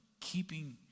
keeping